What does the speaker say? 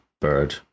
bird